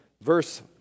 verse